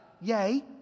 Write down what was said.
yay